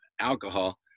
alcohol